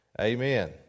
Amen